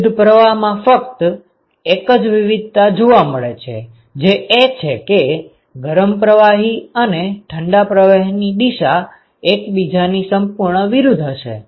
વિરુદ્ધ પ્રવાહમાં ફક્ત એક જ વિવિધતા જોવા મળે છે જે એ છે કે ગરમ પ્રવાહી અને ઠંડા પ્રવાહીની દિશા એકબીજાની સંપૂર્ણ વિરુદ્ધ હશે